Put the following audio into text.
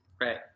right